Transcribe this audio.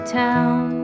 town